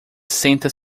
senta